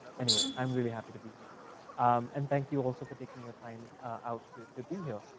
anyway, i'm really happy to be here and thank you also for taking your time out to to be here.